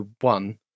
one